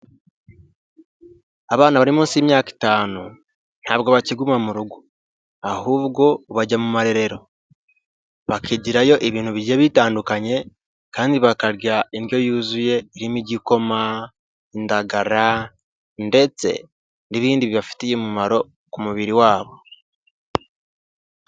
Abana bari munsi y'imyaka itanu ntabwo bakiguma mu rugo, ahubwo bajya mu marerero bakigira yo ibintu bigiye bitandukanye kandi bakarya indyo yuzuye irimo igikoma, indagara ndetse n'ibindi bibafitiye umumaro ku mubiri wabo.